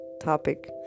topic